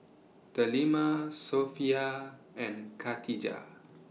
Delima Sofea and Khatijah